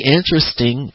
interesting